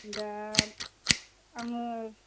दा आङो